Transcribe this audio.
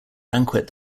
banquet